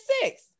six